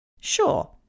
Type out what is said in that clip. Sure